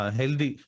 healthy